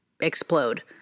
explode